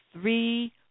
three